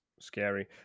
scary